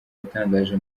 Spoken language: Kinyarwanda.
yatangaje